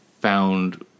found